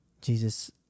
Jesus